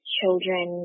children